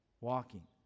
walking